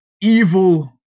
Evil